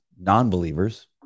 non-believers